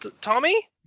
Tommy